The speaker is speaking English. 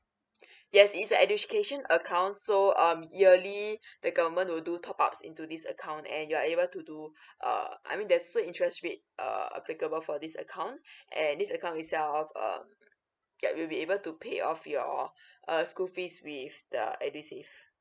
yes is a education account so um yearly the government will do top ups into this account and you are able to do err I mean there's also interest rate err applicable for this account and this account itself um yeah we will be able to pay off your uh school fees with the edu save